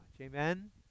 Amen